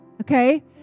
Okay